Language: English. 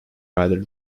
rather